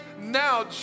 Now